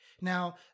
Now